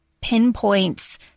pinpoints